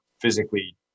physically